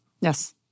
Yes